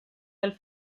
del